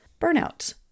burnout